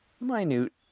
Minute